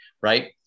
right